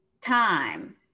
time